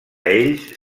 ells